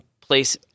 place